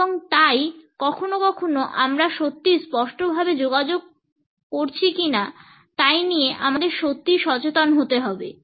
এবং তাই কখনও কখনও আমরা সত্যিই স্পষ্টভাবে যোগাযোগ করছে কিনা তাই নিয়ে আমাদের সত্যিই সচেতন হতে হবে